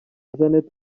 jeannette